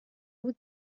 would